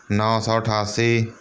ਨੌ ਸੌ ਅਠਾਸੀ